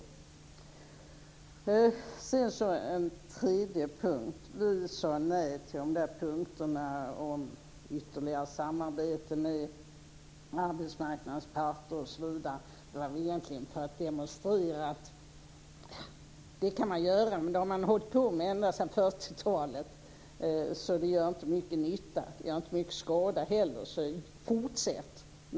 När det gäller den tredje frågan sade vi nej till punkterna om samarbete med arbetsmarknadens parter osv. Det var egentligen som en demonstration. Man kan samarbeta med dem, men nu har man hållit på med det ända sedan 40-talet. Det gör inte mycket nytta, inte mycket skada heller, så man kan göra det i fortsättningen också.